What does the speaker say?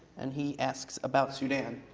and he asks about sudan.